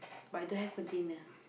but don't have container